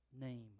Name